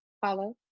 follow